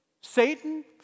Satan